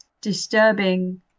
disturbing